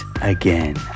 again